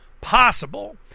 possible